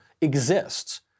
exists